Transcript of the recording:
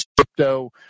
crypto